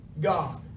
God